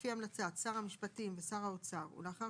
לפי המלצת שר המשפטים ושר האוצר ולאחר